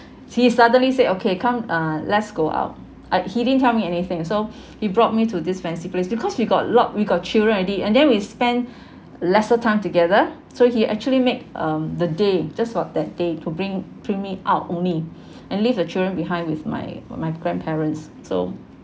he suddenly say okay come uh let's go out I he didn't tell me anything so he brought me to this fancy place because we got a lot we got children already and then we spend lesser time together so he actually make um the day just for that day to bring bring me out only and leave the children behind with my my grandparents so